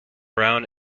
brown